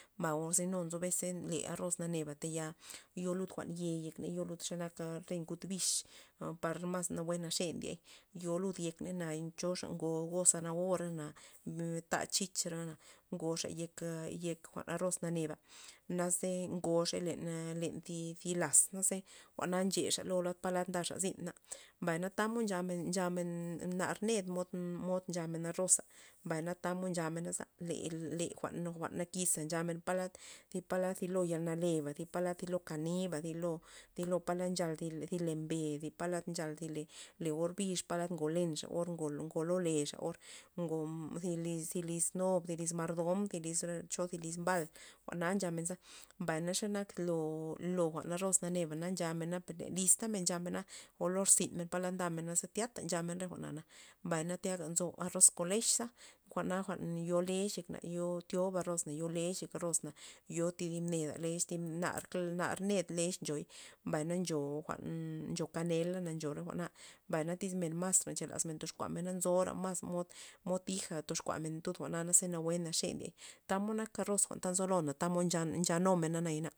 Ba ozeno nzo abes le arroz naneba ta ya yo lud jwa'n ye yek ney ley yo lud xanak re ngud bix jwan par mas nawue naxe ndiey yo lud yekney len choxa ngo go zanahora ta' chicharo ngoxa yek yek jwa'n arroz naneba naze ngoxay len na len thi len laz naza jwa'na nchexa lo palad ndaxa lo zyn mbay na tamod nchamen nchamen nar ned mod mod nchamen arroz mbay na tamod nchame naza le- le jwa'n nakiza nchamen palad ty palad ty yal naleba zi palad zi lo kaniba zy lo palad nchal thi le ben palad nchal thi le or bix palad ngolenxa or ngo lo leza or o zi liz- liz nob zi lyz mardom thi liz chi ti liz mbal jwa'na ncha men za, mbay ze nak lo lo jwa'n arroz neba nchamena len liztamena nchamena o lo irzyn men ndamen tyata nchamena re jwa'na na mbay thiga nzob arroz kon lech za jwa'na jwa'n yo lex yekna yo thioba arroz na yo lexna arroz yo thib neda lex nar kla nar lex nchoy mbay ncho jwa'n kanela ncho re jwa'na mbay na tyz men mazra tyoxkuamena nzo ra mas mod mod tija toxkuamena ted mena tud jwa'na xe naxe ndiey tamod nak arroz nzola tamod nchanumena.